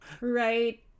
Right